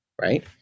right